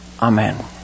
Amen